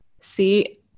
see